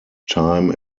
time